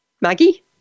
maggie